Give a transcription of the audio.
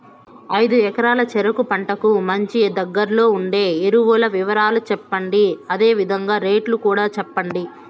ఐదు ఎకరాల చెరుకు పంటకు మంచి, దగ్గర్లో ఉండే ఎరువుల వివరాలు చెప్పండి? అదే విధంగా రేట్లు కూడా చెప్పండి?